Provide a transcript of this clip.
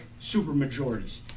supermajorities